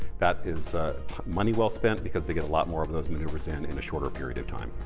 that is money well spent because they get a lot more of those maneuvers in, in a shorter period of time.